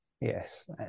Yes